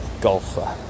golfer